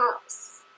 house